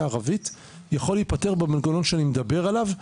הערבית זה יכול להיפטר במנגנון שאני מדבר עליו,